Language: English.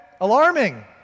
alarming